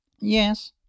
Yes